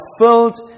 filled